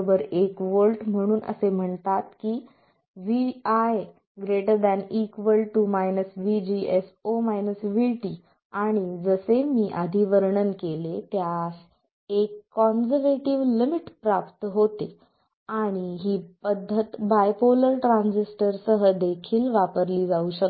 V म्हणून हे असे म्हणतात की ते vi ≥ आणि जसे मी आधी वर्णन केले त्यास एक काँझर्व्हेटिव्ह लिमिट प्राप्त होते आणि ही पद्धत बायपोलर ट्रान्झिस्टरसह देखील वापरली जाऊ शकते